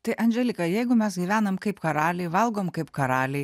tai anželika jeigu mes gyvenam kaip karaliai valgom kaip karaliai